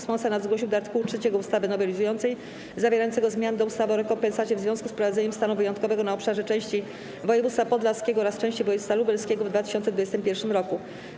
Senat zgłosił do art. 3 ustawy nowelizującej zawierającego zmiany do ustawy o rekompensacie w związku z wprowadzeniem stanu wyjątkowego na obszarze części województwa podlaskiego oraz części województwa lubelskiego w 2021 r.